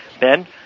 Ben